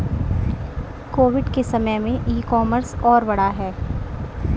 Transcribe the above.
Covid के समय में ई कॉमर्स और बढ़ा है